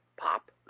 Pop